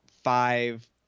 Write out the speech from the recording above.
five